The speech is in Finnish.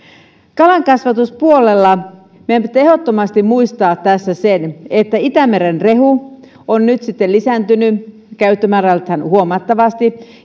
kalankasvatuspuolella meidän pitää ehdottomasti muistaa tässä se että itämeren rehu on nyt lisääntynyt käyttömäärältään huomattavasti